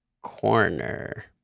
corner